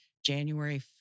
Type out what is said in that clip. January